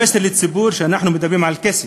המסר לציבור כשאנחנו מדברים על כסף.